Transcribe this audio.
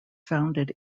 founded